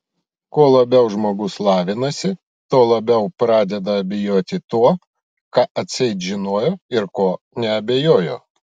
kuo labiau žmogus lavinasi tuo labiau pradeda abejoti tuo ką atseit žinojo ir kuo neabejojo